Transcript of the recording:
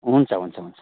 हुन्छ हुन्छ हुन्छ